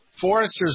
foresters